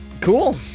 cool